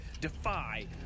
Defy